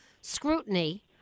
scrutiny